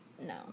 No